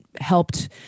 helped